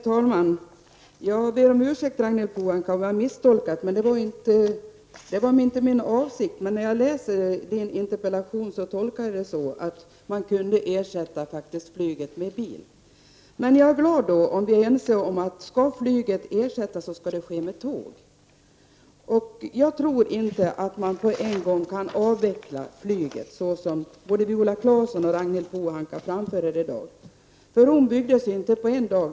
Herr talman! Jag ber om ursäkt, Ragnhild Pohanka, om jag har gjort en misstolkning. Det var inte min avsikt. När jag läste Ragnhild Pohankas interpellation tolkade jag den som att man faktiskt kunde ersätta flyget med bil. Men jag är glad om vi är ense om att i fall flyget skall ersättas så skall det vara med tåg. Jag tror inte att man på en gång kan avveckla flyget, såsom både Viola Claesson och Ragnhild Pohanka framförde det i dag. Rom byggdes inte på en dag.